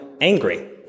angry